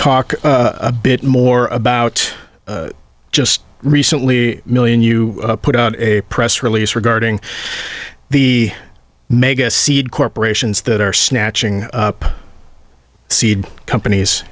talk a bit more about just recently million you put out a press release regarding the mega seed corporations that are snatching up seed companies